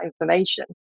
information